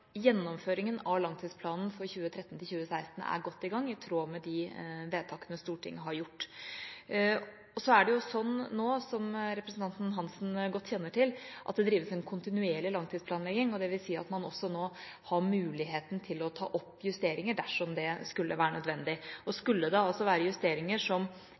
gjennomføringen av langtidsplanen for 2013–2016 er godt i gang – i tråd med de vedtakene Stortinget har gjort. Som representanten Hansen kjenner godt til, drives det nå en kontinuerlig langtidsplanlegging, dvs. at man også har mulighet til å ta opp justeringer dersom det skulle være nødvendig. Skulle det være justeringer som